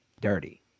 dirty